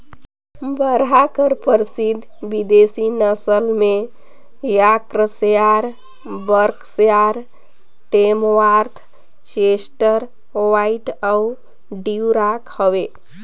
बरहा कर परसिद्ध बिदेसी नसल में Yorkshire, Berkshire, Tamworth, Chester White अउ ड्यूरॉक हवे